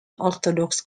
orthodox